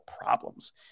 problems